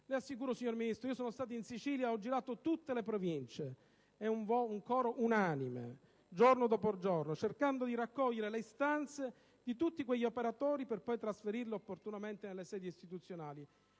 Le assicuro, signora Ministro, è un coro unanime; io sono stato in Sicilia e ho girato tutte le Province, giorno dopo giorno, cercando di raccogliere le istanze di tutti quegli operatori per poi trasferirle opportunamente nelle sedi istituzionali.